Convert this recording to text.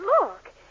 Look